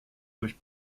durch